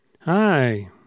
Hi